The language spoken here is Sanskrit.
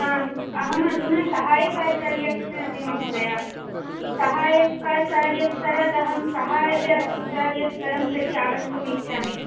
आम् अहमधुना सहायकाचार्या अस्मि महोदय सहायकाचार्यस्तरादाहं सहायचार्यस्तरं प्रति आगन्तुमिच्छामि